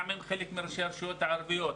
גם עם חלק מראשי הרשויות הערביות.